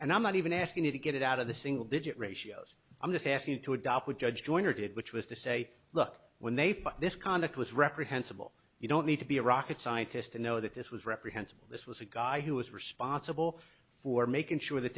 and i'm not even asking you to get out of the single digit ratios i'm just asking you to adopt would judge joyner did which was to say look when they found this conduct was reprehensible you don't need to be a rocket scientist to know that this was reprehensible this was a guy who was responsible for making sure that